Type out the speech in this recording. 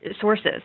sources